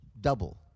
double